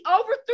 overthrew